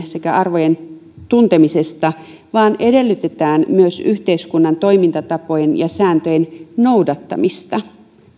sekä arvojen tuntemisesta vaan myös edellytetään yhteiskunnan toimintatapojen ja sääntöjen noudattamista